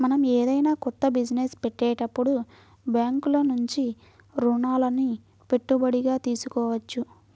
మనం ఏదైనా కొత్త బిజినెస్ పెట్టేటప్పుడు బ్యేంకుల నుంచి రుణాలని పెట్టుబడిగా తీసుకోవచ్చు